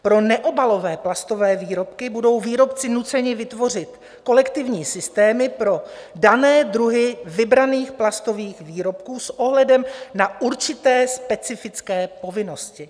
Pro neobalové plastové výrobky budou výrobci nuceni vytvořit kolektivní systémy pro dané druhy vybraných plastových výrobků s ohledem na určité specifické povinnosti.